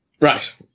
Right